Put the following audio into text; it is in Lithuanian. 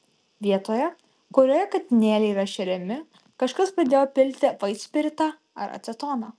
vietoje kurioje katinėliai yra šeriami kažkas pradėjo pilti vaitspiritą ar acetoną